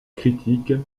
critique